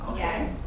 yes